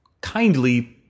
kindly